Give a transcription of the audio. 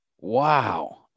Wow